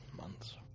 months